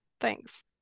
Thanks